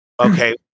okay